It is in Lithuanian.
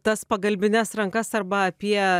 tas pagalbines rankas arba apie